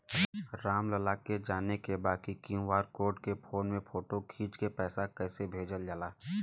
राम लाल के जाने के बा की क्यू.आर कोड के फोन में फोटो खींच के पैसा कैसे भेजे जाला?